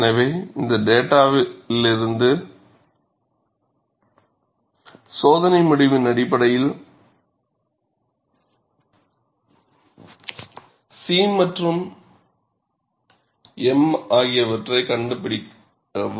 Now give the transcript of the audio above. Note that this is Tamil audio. எனவே இந்த டேட்டாலிருந்து சோதனை முடிவின் அடிப்படையில் C மற்றும் m ஆகியவற்றைக் கண்டறியவும்